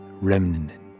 remnant